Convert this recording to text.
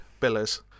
Billers